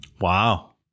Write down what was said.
Wow